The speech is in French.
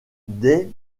des